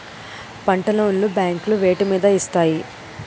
పంట లోన్ లు బ్యాంకులు వేటి మీద ఇస్తాయి?